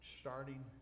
starting